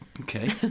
Okay